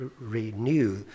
renew